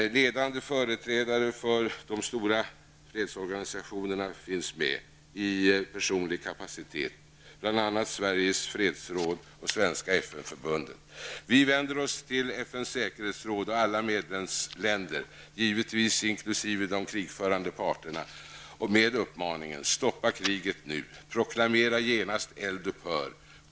Ledande företrädare för de stora fredsorganisationerna finns med i personlig kapacitet, bl.a. Sveriges fredsråd och Svenska FN Vi vänder oss till FNs säkerhetsråd och alla medlemsländer, givetvis inkl. de krigförande parterna, med uppmaningen: -- Stoppa kriget nu.